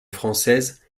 française